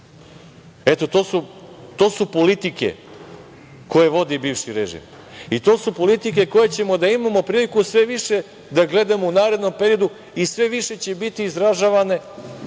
to su politike koje vodi bivši režim. To su politike koje ćemo da imamo priliku sve više da gledamo u narednom periodu i sve više će biti izražavane.